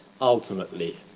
ultimately